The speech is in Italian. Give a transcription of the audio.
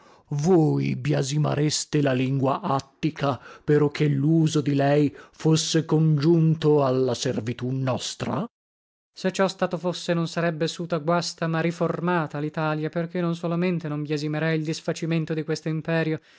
voi biasimareste la lingua attica peroché luso di lei fosse congiunto alla servitù nostra laz se ciò stato fosse non sarebbe suta guasta ma riformata litalia per che non solamente non biasimerei il disfacimento di questo imperio